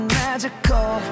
magical